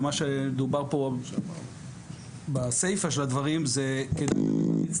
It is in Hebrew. מה שדובר פה בסיפה של הדברים זה כדי ליצור